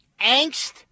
angst